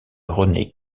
rené